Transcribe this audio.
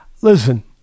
Listen